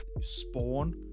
Spawn